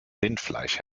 rindfleisch